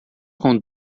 com